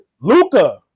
Luca